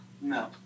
No